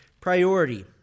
Priority